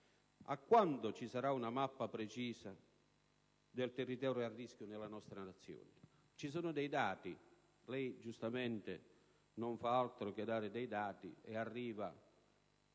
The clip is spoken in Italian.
Quando ci sarà una mappa precisa del territorio a rischio della nostra Nazione? Ci sono dei dati; lei giustamente non fa altro che fornire dei dati, arriva